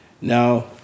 Now